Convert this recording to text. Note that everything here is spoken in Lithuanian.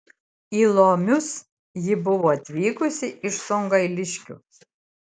į lomius ji buvo atvykusi iš sungailiškių